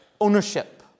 Ownership